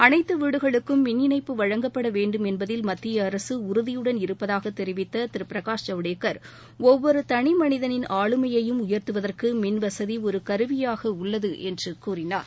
அனைத்து வீடுகளுக்கும் மின்இணைப்பு வழங்கப்பட வேண்டும் என்பதில் மத்திய அரசு உறுதியுடன் இருப்பதாகத் தெரிவித்த திருபிரகாஷ் ஜவடேகர் ஒவ்வொரு தனி மனிதனின் ஆளுமையையும் உயர்த்துவதற்கு மின்வசதி ஒரு கருவியாக உள்ளது என்று கூறினார்